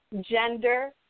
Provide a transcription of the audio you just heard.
gender